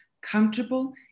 comfortable